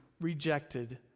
rejected